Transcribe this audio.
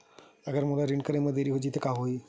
अगर मोला ऋण करे म देरी हो जाहि त का होही?